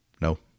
No